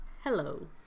Hello